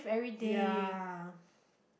yea